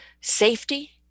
safety